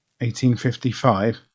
1855